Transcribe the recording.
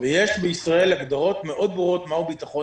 יש בישראל הגדרות ברורות מאוד מה הוא ביטחון